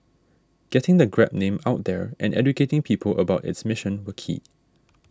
getting the Grab name out there and educating people about its mission were key